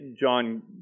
John